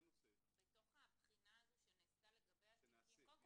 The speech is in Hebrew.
בתוך הבחינה הזו שנעשתה לגבי התיקים --- שנעשית.